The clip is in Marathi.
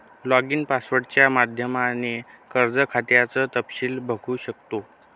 लॉगिन पोर्टलच्या माध्यमाने कर्ज खात्याचं तपशील बघू शकतो